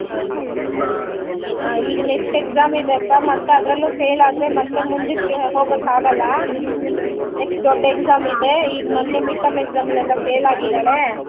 ಹಾಂ ಹಾಂ ಈಗ ನೆಕ್ಸ್ಟ್ ಎಕ್ಸಾಮಿದೆಪ್ಪ ಮತ್ತೆ ಅದರಲ್ಲೂ ಫೇಲಾದರೆ ಮತ್ತೆ ಮುಂದಕ್ಕೆ ಹೋಗೋಕ್ಕಾಗಲ್ಲ ನೆಕ್ಸ್ಟ್ ದೊಡ್ಡ ಎಕ್ಸಾಮಿದೆ ಈಗ ಮೊನ್ನೆ ಮಿಟ್ಟರ್ಮ್ ಎಕ್ಸಾಮಲ್ಲೆಲ್ಲ ಫೇಲಾಗಿದ್ದಾಳೆ